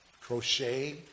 crochet